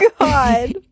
God